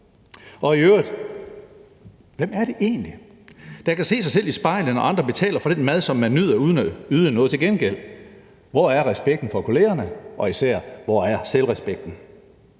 det i øvrigt egentlig, der kan se sig selv i spejlet, når andre betaler for den mad, som man nyder uden at yde noget til gengæld? Hvor er respekten for kollegerne? Og især: Hvor er selvrespekten?